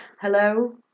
Hello